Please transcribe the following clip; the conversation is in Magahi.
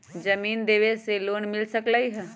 जमीन देवे से लोन मिल सकलइ ह?